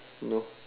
no